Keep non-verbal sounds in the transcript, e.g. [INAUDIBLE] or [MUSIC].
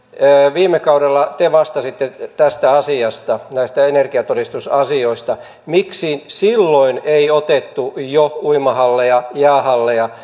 viime kaudella te vastasitte tästä asiasta näistä energiatodistusasioista miksi jo silloin ei otettu uimahalleja jäähalleja [UNINTELLIGIBLE]